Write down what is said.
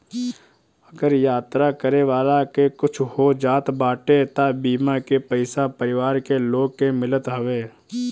अगर यात्रा करे वाला के कुछु हो जात बाटे तअ बीमा के पईसा परिवार के लोग के मिलत हवे